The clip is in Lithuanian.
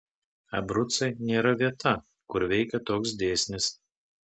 abrucai nėra vieta kur veikia toks dėsnis